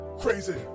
crazy